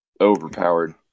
overpowered